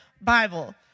Bible